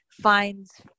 finds